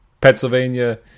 Pennsylvania